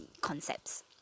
concepts